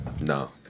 no